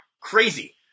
crazy